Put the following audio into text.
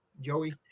Joey